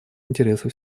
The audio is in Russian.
интересы